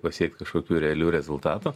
pasiekt kažkokių realių rezultatų